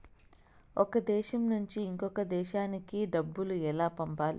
ఒక దేశం నుంచి ఇంకొక దేశానికి డబ్బులు ఎలా పంపాలి?